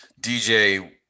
DJ